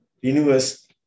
universe